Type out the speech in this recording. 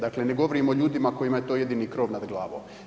Dakle, ne govorim o ljudima kojima je to jedini krov nad glavom.